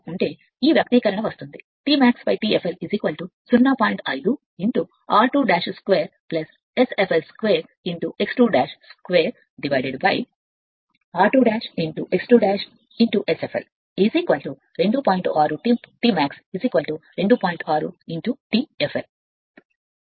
ప్రత్యామ్నాయం ఉంటే ఈ వ్యక్తీకరణ వస్తుంది